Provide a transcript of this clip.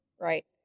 Right